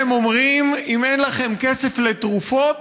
הם אומרים: אם אין לכם כסף לתרופות,